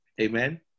Amen